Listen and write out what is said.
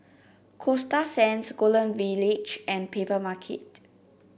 Coasta Sands Golden Village and Papermarket